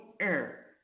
air